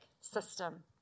system